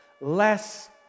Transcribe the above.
Less